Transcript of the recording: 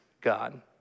God